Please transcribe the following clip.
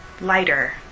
lighter